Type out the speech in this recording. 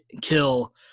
kill